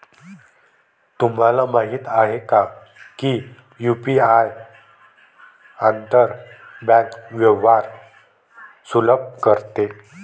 तुम्हाला माहित आहे का की यु.पी.आई आंतर बँक व्यवहार सुलभ करते?